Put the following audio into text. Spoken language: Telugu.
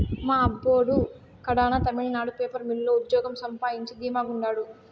మా అబ్బోడు కడాన తమిళనాడు పేపర్ మిల్లు లో ఉజ్జోగం సంపాయించి ధీమా గుండారు